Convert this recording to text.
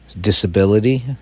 disability